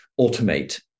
automate